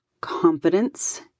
confidence